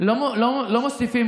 לשדולה שלי מחר הוא לא יגיע.